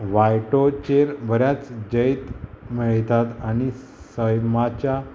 वायटोचेर बऱ्याच जैत मेळयतात आनी सैमाच्या